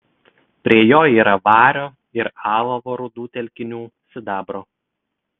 prie jo yra vario ir alavo rūdų telkinių sidabro